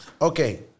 okay